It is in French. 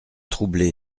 troublé